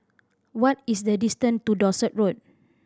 what is the distant to Dorset Road